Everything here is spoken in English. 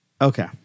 Okay